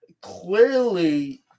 clearly